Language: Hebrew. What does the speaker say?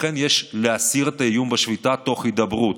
לכן יש להסיר את האיום בשביתה תוך הידברות.